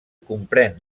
comprèn